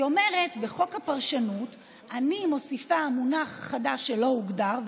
היא אומרת: בחוק הפרשנות אני מוסיפה מונח חדש שלא הוגדר,